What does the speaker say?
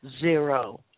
zero